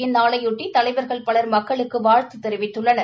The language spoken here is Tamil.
இந்நாளையொட்டி தலைவர்கள் பலர் மக்களுக்கு வாழ்த்து தெரிவித்துள்ளனர்